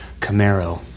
Camaro